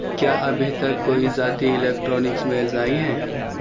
کیا ابھی تک کوئی ذاتی الیکٹرانکس میلز آئی ہیں